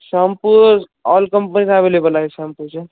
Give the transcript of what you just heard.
shampoo ज् all कंपनीच् available आहेत शॅम्पूचे